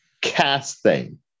Casting